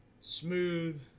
smooth